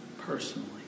personally